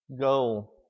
Go